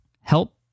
help